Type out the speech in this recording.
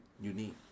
unique